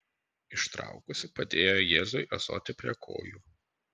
ištraukusi padėjo jėzui ąsotį prie kojų